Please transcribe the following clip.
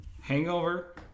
Hangover